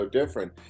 different